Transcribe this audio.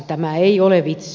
tämä ei ole vitsi